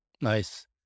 Nice